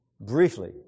Briefly